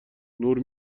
نور